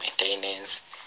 maintenance